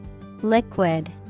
Liquid